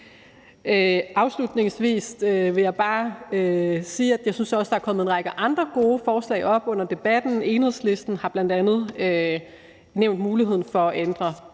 Afslutningsvis vil jeg bare sige, at jeg også synes, der er kommet en række andre gode forslag op under debatten. Enhedslisten har bl.a. nævnt muligheden for at ændre